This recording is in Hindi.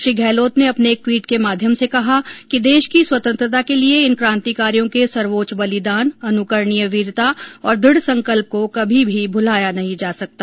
श्री गहलोत ने अपने एक ट्वीट के माध्यम से कहा है कि देश की स्वतंत्रता के लिए इन कांतिकारियों के सर्वोच्च बलिदान अनुकरणीय वीरता और दृढ़ संकल्प को कभी भी भुलाया नहीं जा सकता